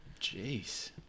Jeez